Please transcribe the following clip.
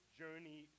journey